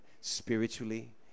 Spiritually